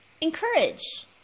encourage